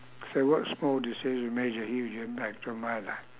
so what small decision made a huge impact on my life